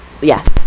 Yes